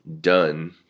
done